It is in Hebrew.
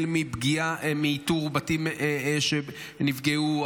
מאיתור בתים שנפגעו,